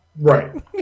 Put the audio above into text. Right